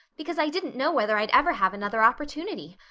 because i didn't know whether i'd ever have another opportunity.